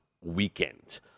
weekend